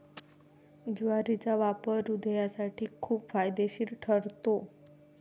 ज्वारीचा वापर हृदयासाठी खूप फायदेशीर ठरतो